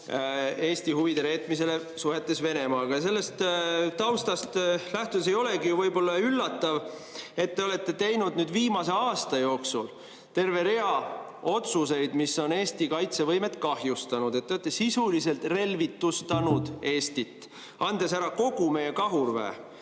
Eesti huvide reetmises suhetes Venemaaga. Ja sellest taustast lähtudes ei olegi ju võib-olla üllatav, et te olete teinud viimase aasta jooksul terve rea otsuseid, mis on Eesti kaitsevõimet kahjustanud. Te olete sisuliselt relvitustanud Eestit, andes ära kogu meie kahurväe,